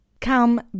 Come